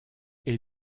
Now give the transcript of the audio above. est